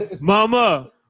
mama